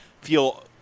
feel